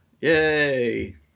Yay